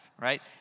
right